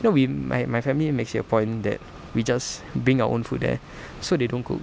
no we my my family makes it a point that we just bring our own food there so they don't cook